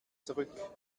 zurück